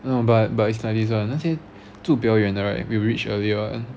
no but but is like this [one] 那些住比较远的 right will reach earlier [one]